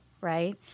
right